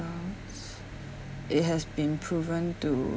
it has been proven to